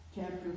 Chapter